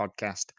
podcast